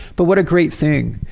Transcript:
but what a great thing,